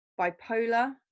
bipolar